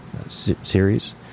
series